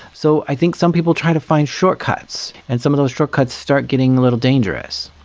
so i think some people try to find shortcuts, and some of those shortcuts start getting a little dangerous.